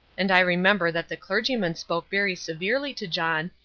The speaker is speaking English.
and i remember that the clergyman spoke very severely to john,